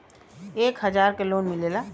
एक हजार के लोन मिलेला?